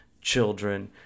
children